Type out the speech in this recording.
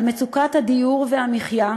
על מצוקת הדיור והמחיה,